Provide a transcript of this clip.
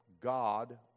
God